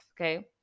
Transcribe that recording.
okay